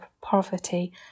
poverty